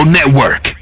Network